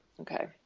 Okay